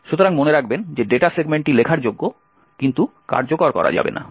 সুতরাং মনে রাখবেন যে ডেটা সেগমেন্টটি লেখার যোগ্য কিন্তু কার্যকর করা যাবে না